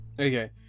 Okay